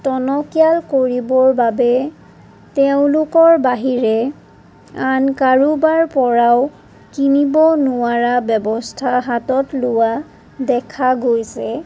টনকিয়াল কৰিবৰ বাবে তেওঁলোকৰ বাহিৰে আন কাৰোবাৰ পৰাও কিনিব নোৱাৰা ব্যৱস্থা হাতত লোৱা দেখা গৈছে